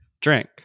drink